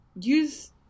use